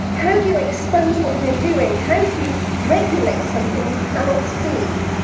how do you expose what they're doing? how do you regulate something you cannot see?